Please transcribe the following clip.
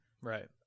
Right